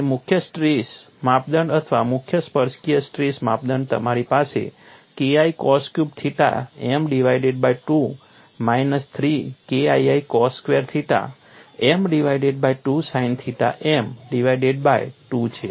અને મુખ્ય સ્ટ્રેસ માપદંડ અથવા મહત્તમ સ્પર્શકીય સ્ટ્રેસ માપદંડ તમારી પાસે KI cos cube theta m divided by 2 minus 3 KII cos square theta m divided by 2 sine theta m divided by 2 છે